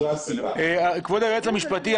כבוד היועץ המשפטי,